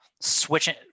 switching